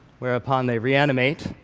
where upon they reanimate,